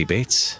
Bates